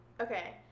Okay